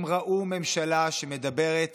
הם ראו ממשלה שמדברת